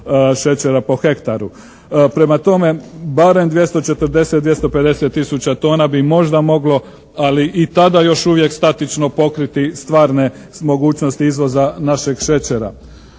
šećera po hektaru. Prema tome, barem 240, 250 tisuća tona bi možda moglo ali i tada još uvijek statično pokriti stvarne mogućnosti izvoza našeg šećera.